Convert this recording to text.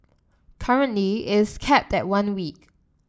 currently it is capped at one week